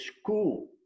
school